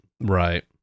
Right